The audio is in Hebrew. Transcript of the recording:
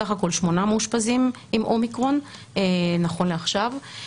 סך הכול שמונה מאושפזים עם אומיקרון נכון לעכשיו.